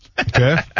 Okay